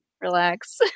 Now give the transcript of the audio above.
relax